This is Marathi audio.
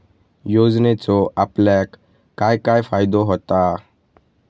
योजनेचो आपल्याक काय काय फायदो होता?